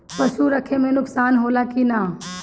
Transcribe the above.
पशु रखे मे नुकसान होला कि न?